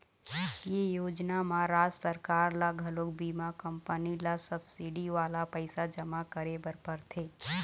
ए योजना म राज सरकार ल घलोक बीमा कंपनी ल सब्सिडी वाला पइसा जमा करे बर परथे